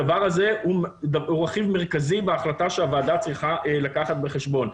הדבר הזה הוא רכיב מרכזי בהחלטה שהוועדה צריכה לקחת בחשבון.